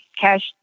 cash